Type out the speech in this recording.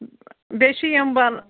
بیٚیہِ چھِ یِم بَن